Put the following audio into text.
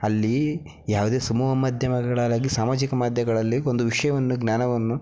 ಅಲ್ಲಿ ಯಾವುದೇ ಸಮೂಹ ಮಾಧ್ಯಮಗಳಾಗಲಿ ಸಾಮಾಜಿಕ ಮಾಧ್ಯಮಗಳಲ್ಲಿ ಒಂದು ವಿಷಯವನ್ನು ಜ್ಞಾನವನ್ನು